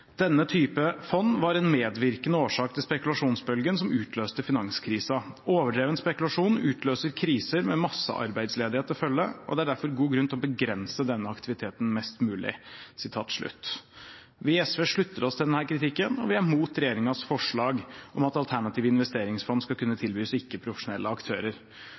type fond var en medvirkende årsak til spekulasjonsbølgen som utløste finanskrisen. Overdreven spekulasjon utløser kriser med massearbeidsledighet til følge, og det er derfor god grunn til å begrense denne aktiviteten mest mulig.» Vi i SV slutter oss til denne kritikken, og vi er mot regjeringens forslag om at alternative investeringsfond skal kunne tilbys ikke-profesjonelle aktører. Så er det ikke